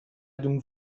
donc